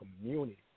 community